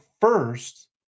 first